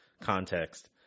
context